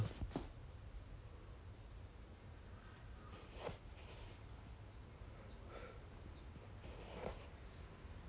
ya lor so the assessment is different like once 那个 P_A C_I_C to the flight deck then from that point on 你出来 ah then you run the show already